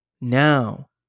now